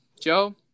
Joe